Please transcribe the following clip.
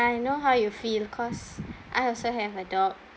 I know how you feel cause I also have a dog